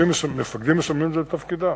מפקדים משלמים על זה בתפקידם,